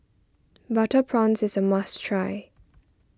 Butter Prawns is a must try